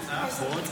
וביטחון.